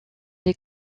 des